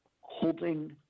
holding